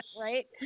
right